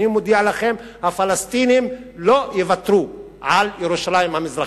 אני מודיע לכם: הפלסטינים לא יוותרו על ירושלים המזרחית.